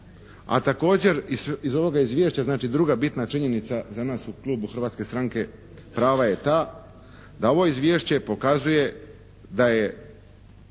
A također iz ovoga izvješća, znači druga bitna činjenica za nas u klubu Hrvatske stranke prava je ta da ovo izvješće pokazuje da je